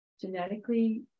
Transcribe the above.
genetically